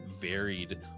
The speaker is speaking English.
varied